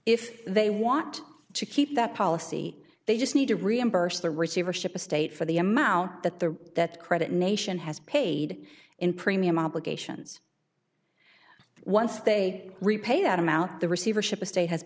if they want to keep that policy they just need to reimburse the receivership estate for the amount that the that credit nation has paid in premium obligations once they repay that amount the receivership estate has